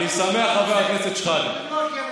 אני שמח, חבר הכנסת שחאדה.